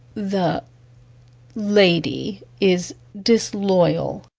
the lady is disloyal.